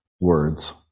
words